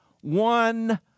One